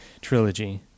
trilogy